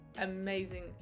amazing